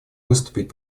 выступить